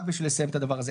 רק בשביל לסיים את הדבר הזה,